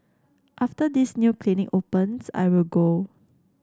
after this new clinic opens I will go